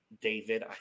david